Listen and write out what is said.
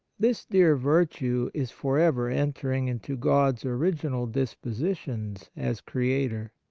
this dear virtue is for ever enter ing into god's original dispositions as creator.